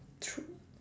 true